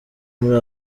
muri